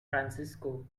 francisco